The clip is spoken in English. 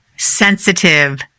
sensitive